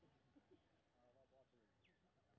इकलोता कमाबे बाला के ऋण मिल सके ये?